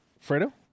Fredo